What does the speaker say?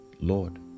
Lord